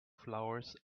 flowers